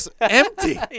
empty